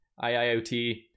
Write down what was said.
IIoT